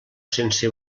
sense